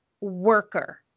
worker